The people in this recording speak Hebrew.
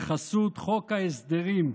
בחסות חוק ההסדרים,